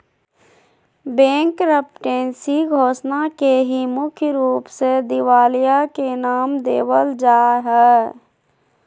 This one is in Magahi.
बैंकरप्टेन्सी घोषणा के ही मुख्य रूप से दिवालिया के नाम देवल जा हय